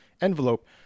envelope